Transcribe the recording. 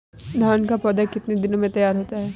धान का पौधा कितने दिनों में तैयार होता है?